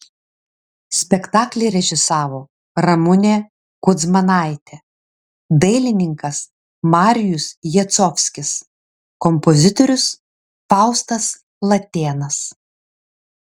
spektaklį režisavo ramunė kudzmanaitė dailininkas marijus jacovskis kompozitorius faustas latėnas